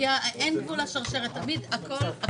ישראלים באים לשם וקונים.